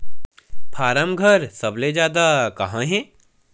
form घर सबले जादा कहां हे